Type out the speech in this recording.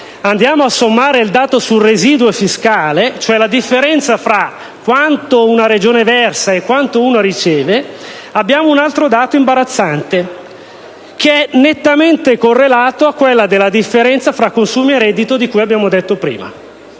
andiamo a sommare il dato sul residuo fiscale, cioè la differenza tra quanto una Regione versa e quanto una riceve, abbiamo un altro dato imbarazzante, nettamente correlato a quello della differenza tra consumi e reddito di cui abbiamo detto prima.